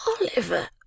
Oliver